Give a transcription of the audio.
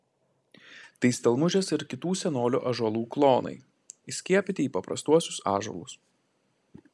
tai stelmužės ir kitų senolių ąžuolų klonai įskiepyti į paprastuosius ąžuolus